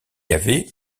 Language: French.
avait